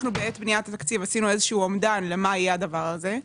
בעת בניית התקציב עשינו איזשהו אומדן למי יהיה הדבר הזה,